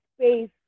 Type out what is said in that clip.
space